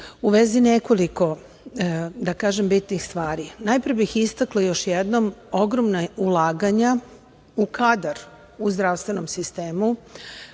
u vezi nekoliko, da kažem, bitnih stvari. Najpre bih istakla još jednom ogromna ulaganja u kadar u zdravstvenom sistemu,